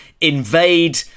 invade